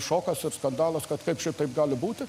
šokas ir skandalas kad šitaip gali būti